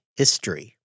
History